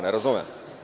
Ne razumem.